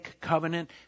covenant